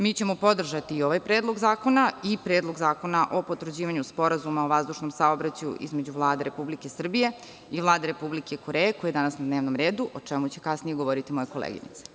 Mi ćemo podržati i ovaj Predlog zakona i Predlog zakona o potvrđivanju Sporazuma o vazdušnom saobraćaju između Vlade Republike Srbije i Vlade Republike Koreje, koji je danas na dnevnom redu, o čemu će kasnije govoriti moja koleginica.